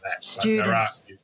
Students